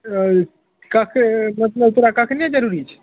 कखे मतलब तोहरा कखन जरूरी छै